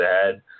ahead